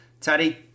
Teddy